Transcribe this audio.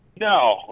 No